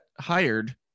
hired